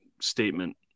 statement